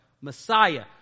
Messiah